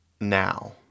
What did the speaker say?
now